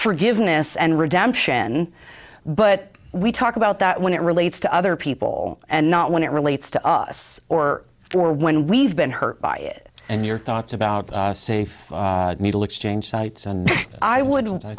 forgiveness and redemption but we talk about that when it relates to other people and not when it relates to us or when we've been hurt by it and your thoughts about safe needle exchange sites and i would